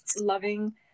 loving